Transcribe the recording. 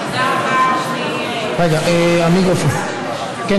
תודה רבה, אדוני יושב-ראש הישיבה.